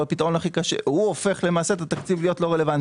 אבל הוא הופך את התקציב למעשה להיות לא רלוונטי.